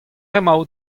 emaout